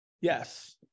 Yes